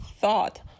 thought